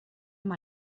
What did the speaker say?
amb